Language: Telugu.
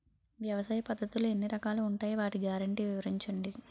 వ్యవసాయ పద్ధతులు ఎన్ని రకాలు ఉంటాయి? వాటి గ్యారంటీ వివరించండి?